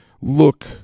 look